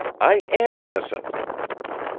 i am innocent!